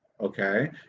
okay